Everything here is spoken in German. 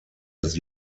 des